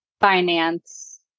finance